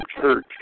church